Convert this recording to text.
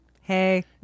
Hey